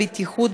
(תיקון),